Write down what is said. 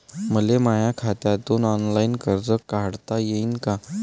मले माया खात्यातून ऑनलाईन कर्ज काढता येईन का?